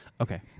Okay